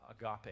agape